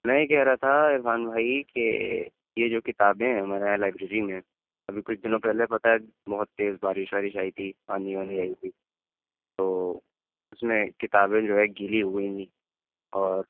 میں یہ کہہ رہا تھا عرفان بھائی کہ یہ جو کتابیں ہیں ہمارے یہاں لائبریری میں ابھی کچھ دنوں پہلے پتہ ہے بہت تیز بارش وارش آئی تھی آندھی واندھی آئی تھی تو اس میں کتابیں جو ہیں گیلی ہو گئیں اور